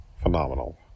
phenomenal